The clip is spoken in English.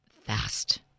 fast